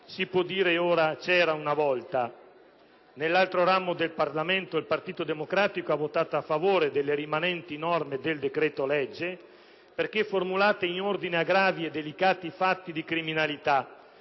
si può dire ora: c'era una volta. Nell'altro ramo del Parlamento il Partito Democratico ha votato a favore delle rimanenti norme del decreto‑legge perché formulate in ordine a gravi e delicati fatti di criminalità